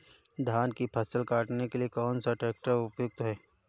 धान की फसल काटने के लिए कौन सा ट्रैक्टर उपयुक्त है?